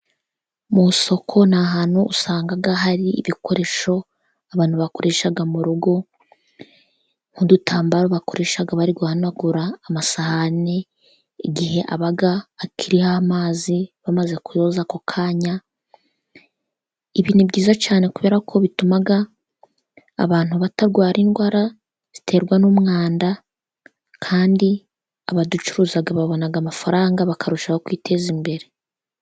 Mu isoko ni ahantu usanga hari ibikoresho abantu bakoresha mu rugo, nk'udutambaro bakoresha bari guhanagura amasahani igihe aba akiriho amazi bamaze kuyoza ako kanya, ibi ni byiza cyane kubera ko bituma abantu batarwara indwara ziterwa n'umwanda kandi abaducuruza babona amafaranga bakarushaho kwiteza imbere.